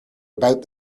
about